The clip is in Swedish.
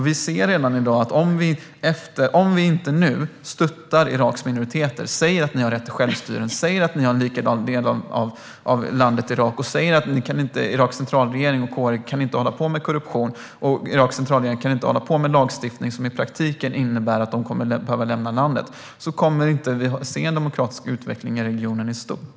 Vi ser redan nu att om vi inte stöttar Iraks minoriteter och säger att de har rätt till självstyre, att de är en lika stor del av landet Irak, att Iraks centralregering och kårer inte kan hålla på med korruption och att Iraks centralregering inte kan stifta lagar som i praktiken innebär att minoriteterna kommer att behöva lämna landet, så kommer vi inte att se en demokratisk utveckling av regionen i stort.